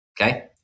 okay